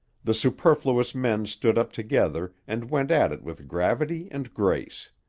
the superfluous men stood up together and went at it with gravity and grace.